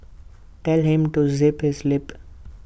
tell him to zip his lip